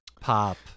pop